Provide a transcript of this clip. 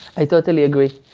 i totally agree.